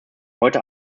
heute